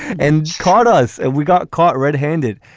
and caught us and we got caught red handed.